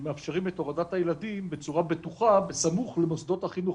שמאפשרים את הורדת הילדים בצורה בטוחה בסמוך למוסדות החינוך.